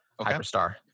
Hyperstar